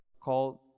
called